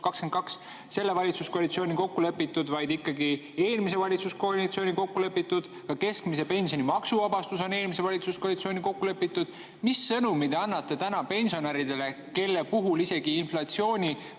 selle valitsuskoalitsiooni kokku lepitud, vaid ikkagi eelmise valitsuskoalitsiooni kokku lepitud. Ka keskmise pensioni maksuvabastus on eelmise valitsuskoalitsiooni kokku lepitud. Mis sõnumi te annate praegu pensionäridele, kelle puhul teie pakutavad